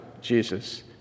Jesus